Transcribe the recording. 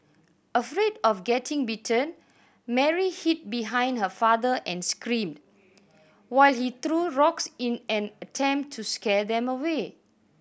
afraid of getting bitten Mary hid behind her father and screamed while he threw rocks in an attempt to scare them away